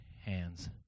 hands